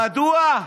מדוע?